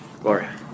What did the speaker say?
Gloria